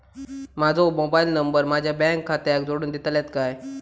माजो mobile number माझ्या bank खात्याक जोडून दितल्यात काय?